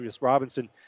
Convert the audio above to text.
Robinson